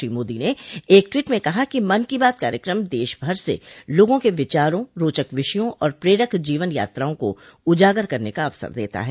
श्री मोदी ने एक टवीट में कहा कि मन की बात कार्यक्रम देशभर से लोगों के विचारों रोचक विषयों और प्रेरक जीवन यात्राओं को उजागर करने का अवसर देता है